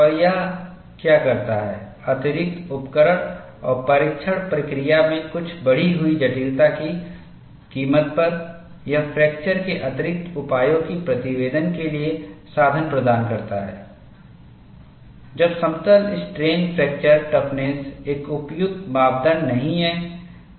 और यह क्या करता है अतिरिक्त उपकरण और परीक्षण प्रक्रिया में कुछ बढ़ी हुई जटिलता की कीमत पर यह फ्रैक्चर के अतिरिक्त उपायों की प्रतिवेदन के लिए साधन प्रदान करता है जब समतल स्ट्रेन फ्रैक्चर टफनेस एक उपयुक्त मापदण्ड नहीं है